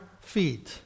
feet